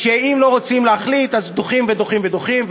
שאם לא רוצים להחליט אז דוחים ודוחים ודוחים,